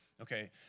okay